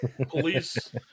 Police